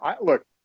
look